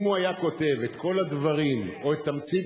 אם הוא היה כותב את כל הדברים או את תמצית